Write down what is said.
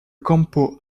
campo